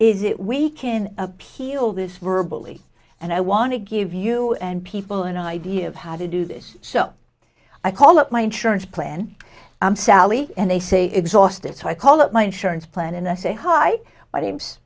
is it we can appeal this verbal e and i want to give you and people an idea of how to do this so i call up my insurance plan i'm sally and they say exhausted so i call up my insurance plan and i say hi my name's